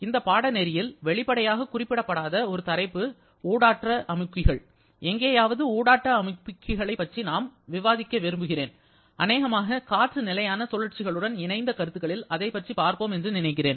இந்த பாடநெறியில் வெளிப்படையாக குறிப்பிடப்படாத ஒரு தலைப்பு ஊடாட்ட அமுக்கிகள் எங்கேயாவது ஊடாட்ட அமுக்கிகளைப் பற்றி கொஞ்சம் விவாதிக்க விரும்புகிறேன் அநேகமாக காற்று நிலையான சுழற்சிகளுடன் இணைந்த கருத்துகளில் அதைப் பற்றி பார்ப்போம் என்று நினைக்கிறேன்